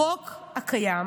החוק הקיים